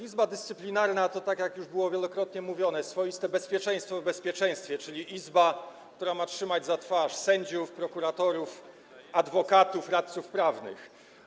Izba Dyscyplinarna, jak już było wielokrotnie mówione, to swoiste bezpieczeństwo w bezpieczeństwie, czyli izba, która ma trzymać za twarz sędziów, prokuratorów, adwokatów i radców prawnych.